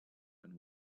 and